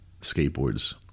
skateboards